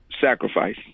sacrifice